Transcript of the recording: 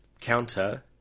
counter